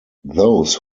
those